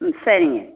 ம்ம் சரிங்க